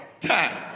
time